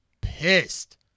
pissed